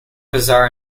bizarre